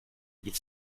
ils